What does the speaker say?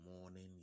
morning